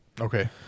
Okay